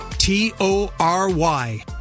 T-O-R-Y